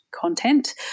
content